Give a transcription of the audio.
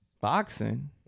Boxing